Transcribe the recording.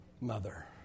mother